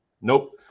Nope